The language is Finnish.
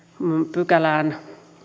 pykälään